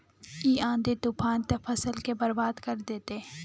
इ आँधी तूफान ते फसल के बर्बाद कर देते?